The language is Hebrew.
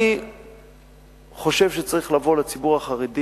אני חושב שצריך לבוא לציבור החרדי